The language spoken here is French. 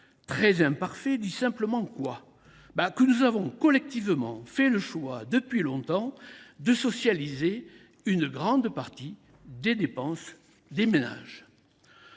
très imparfait ? Tout simplement que nous avons collectivement choisi, et ce depuis longtemps, de socialiser une grande partie des dépenses des ménages.